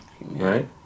Right